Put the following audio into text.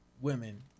women